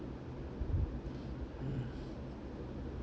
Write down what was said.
mm